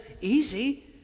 Easy